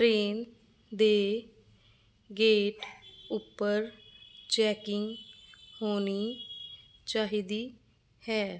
train ਦੇ gate ਉੱਪਰ checking ਹੋਣੀ ਚਾਹੀਦੀ ਹੈ